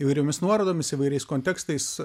įvairiomis nuorodomis įvairiais kontekstais